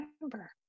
remember